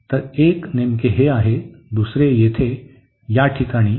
तर एक नेमके हे आहे दुसरे येथे या ठिकाणी